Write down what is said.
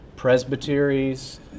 presbyteries